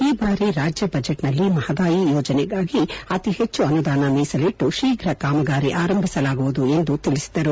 ಈ ಬಾರಿ ರಾಜ್ಯ ಬಜೆಟ್ನಲ್ಲಿ ಮಹದಾಯಿ ಯೋಜನೆಗಾಗಿ ಅತಿ ಹೆಚ್ಚು ಅನುದಾನ ಮೀಸಲಿಟ್ಟು ಶೀಘ್ರ ಕಾಮಗಾರಿ ಆರಂಭಿಸಲಾಗುವುದು ಎಂದು ತಿಳಿಸಿದರು